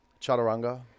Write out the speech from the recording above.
chaturanga